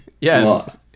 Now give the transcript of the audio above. Yes